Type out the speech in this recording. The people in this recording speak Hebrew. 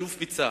אלוף בצה"ל,